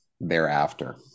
thereafter